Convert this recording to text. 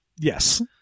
Yes